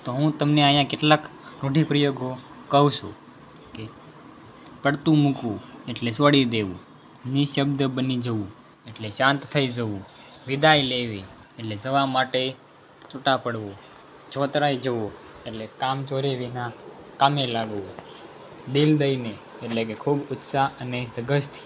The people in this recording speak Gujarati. તો હું તમને અહીંયાં કેટલાક રૂઢિપ્રયોગો કહું છું જેમ કે પડતું મૂકવું એટલે છોડી દેવું નિઃશબ્દ બની જવું એટલે શાંત થઈ જવું વિદાય લેવી એટલે જવા માટે છૂટા પડવું જોતરાઈ જવું એટલે કામચોરી વિના કામે લાગવું દિલ દઈને એટલે કે ખૂબ ઉત્સાહ અને ધગશથી